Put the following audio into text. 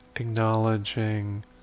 Acknowledging